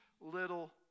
little